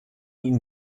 ihm